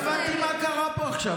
לא הבנתי מה קרה פה עכשיו.